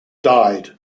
died